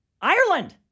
Ireland